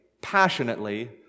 passionately